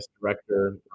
director